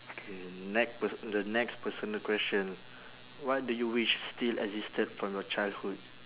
K next pers~ the next personal question what do you wish still existed from your childhood